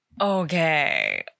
Okay